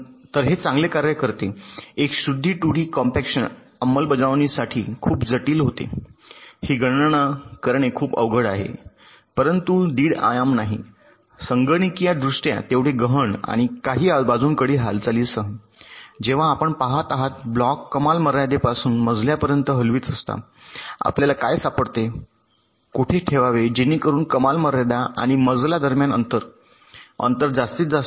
तर हे चांगले कार्य करते एक शुद्ध 2 डी कॉम्पॅक्शन अंमलबजावणीसाठी खूपच जटिल होते ही गणना करणे खूप अवघड आहे परंतु दीड आयाम नाही संगणकीयदृष्ट्या तेवढे गहन आणि काही बाजूकडील हालचालींसह जेव्हा आपण आहात ब्लॉक कमाल मर्यादेपासून मजल्यापर्यंत हलवित असता आपल्याला काय सापडते कोठे ठेवावे जेणेकरुन कमाल मर्यादा आणि मजला दरम्यान अंतर अंतर जास्तीत जास्त होते